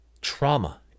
trauma